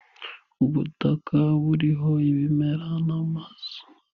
Ubutaka buriho ibimera n'amazu.